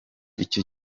icyo